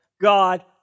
God